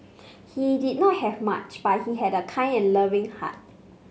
he did not have much but he had a kind and loving heart